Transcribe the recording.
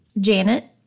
Janet